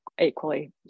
equally